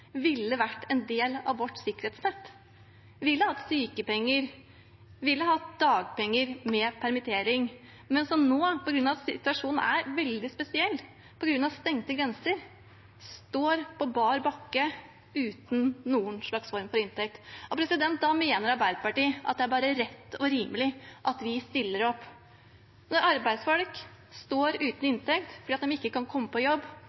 ville vært en del av vårt sikkerhetsnett, som ville hatt sykepenger, som ville hatt dagpenger ved permittering, men som nå på grunn av at situasjonen er veldig spesiell på grunn av stengte grenser, står på bar bakke uten noen form for inntekt. Da mener Arbeiderpartiet at det er bare rett og rimelig at vi stiller opp. Når arbeidsfolk står uten inntekt fordi de ikke kan komme på jobb,